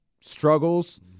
struggles